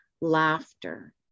laughter